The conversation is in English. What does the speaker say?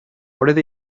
what